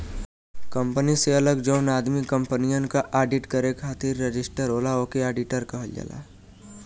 company से अलग जौन आदमी कंपनियन क आडिट करे खातिर रजिस्टर होला ओके आडिटर कहल जाला